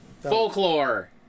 Folklore